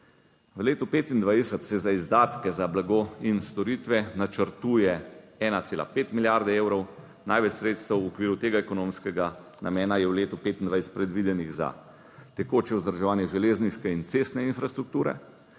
V letu 2025 se za izdatke za blago in storitve načrtuje 1,5 milijarde evrov. Največ sredstev v okviru tega ekonomskega namena je v letu 2025 predvidenih za tekoče vzdrževanje železniške in cestne infrastrukture,